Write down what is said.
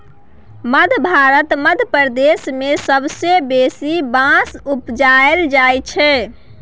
मध्य भारतक मध्य प्रदेश मे सबसँ बेसी बाँस उपजाएल जाइ छै